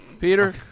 Peter